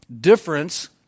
Difference